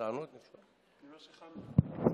אני אתחיל מההתחלה.